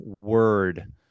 word